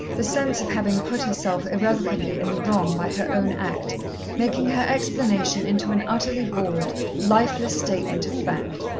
the sense of having put herself irrevocably in the wrong by her own act making her explanation into an utterly bald, lifeless statement of fact.